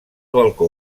balcó